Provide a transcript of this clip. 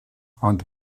ond